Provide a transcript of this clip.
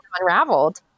unraveled